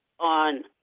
on